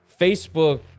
Facebook